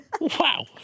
Wow